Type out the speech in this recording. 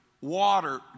water